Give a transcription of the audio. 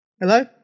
Hello